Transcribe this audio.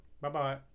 Bye-bye